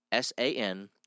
san